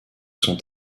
sont